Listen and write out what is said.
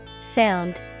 Sound